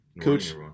Coach